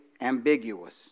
ambiguous